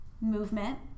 movement